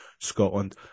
Scotland